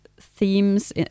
themes